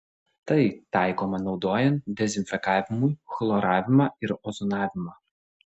tai taikoma naudojant dezinfekavimui chloravimą ir ozonavimą